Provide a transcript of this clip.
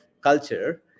culture